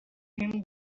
him